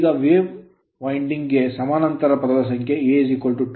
ಈಗ wave winding ತರಂಗ winding ಗೆ ಸಮಾನಾಂತರ ಪಥದ ಸಂಖ್ಯೆ A 2